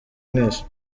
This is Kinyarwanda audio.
mwese